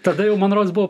tada jau man rods buvo